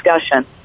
discussion